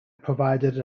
provided